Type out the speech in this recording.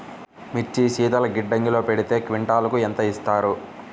మిర్చి శీతల గిడ్డంగిలో పెడితే క్వింటాలుకు ఎంత ఇస్తారు?